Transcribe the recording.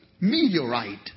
meteorite